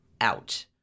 out